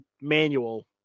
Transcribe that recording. manual